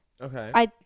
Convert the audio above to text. Okay